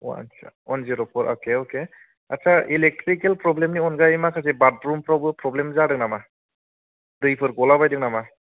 अवान जिर' पर अके अके आत्सा इलेकट्रिकेल फ्रब्लेमनि अनगायै माखासे बाथरुमफ्रावबो प्रब्लेम जादों नामा दैफोर गलाबायदों नामा